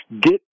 get